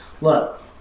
Look